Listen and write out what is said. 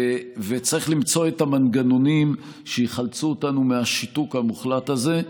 וצריך למצוא את המנגנונים שיחלצו אותנו מהשיתוק המוחלט הזה,